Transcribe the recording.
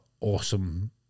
awesome